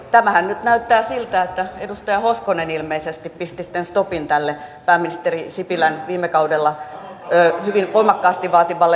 tämähän nyt näyttää siltä että edustaja hoskonen ilmeisesti pisti sitten stopin tälle pääministeri sipilän viime kaudella hyvin voimakkaasti vaatimalle kasvurahastolle